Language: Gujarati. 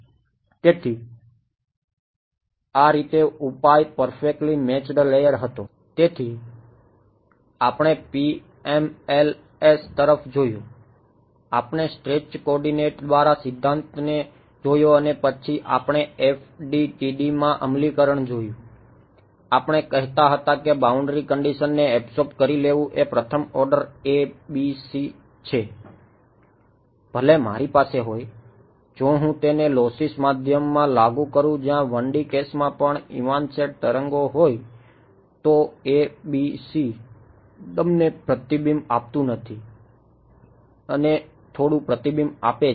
તેથી આ રીતે ઉપાય પરફેકટલી મેચ્ડ લેયર હતો તેથી આપણે PMLs તરફ જોયું આપણે સ્ટ્રેચ્ડ કોઓર્ડિનેટ્સ તરંગો હોય તો ABC તમને પ્રતિબિંબ આપતું નથી અને થોડું પ્રતિબિંબ આપે છે